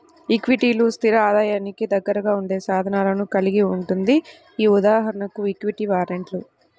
ఈక్విటీలు, స్థిర ఆదాయానికి దగ్గరగా ఉండే సాధనాలను కలిగి ఉంటుంది.ఉదాహరణకు ఈక్విటీ వారెంట్లు